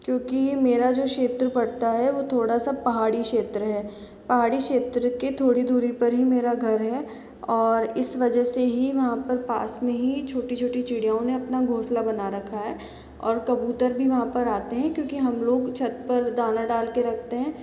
क्योंकि मेरा जो क्षेत्र पड़ता है वो थोड़ा सा पहाड़ी क्षेत्र है पहाड़ी क्षेत्र के थोड़ी दूरी ही पर मेरा घर है और इस वजह से ही वहा पर पास में ही छोटी छोटी चिड़ियाओं ने अपना घोंसला बना रखा है और कबूतर भी वहाँ पर आते है क्योंकि हम लोग छत पर दाना डालके रखते है